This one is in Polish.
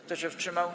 Kto się wstrzymał?